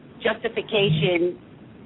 justification